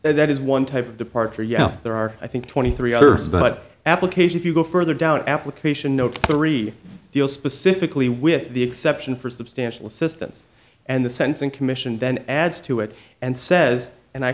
and that is one type of departure yes there are i think twenty three others but application if you go further down application note three deals specifically with the exception for substantial assistance and the sensing commission then adds to it and says and i